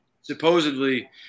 supposedly